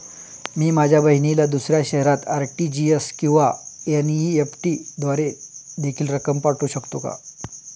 मी माझ्या बहिणीला दुसऱ्या शहरात आर.टी.जी.एस किंवा एन.इ.एफ.टी द्वारे देखील रक्कम पाठवू शकतो का?